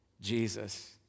Jesus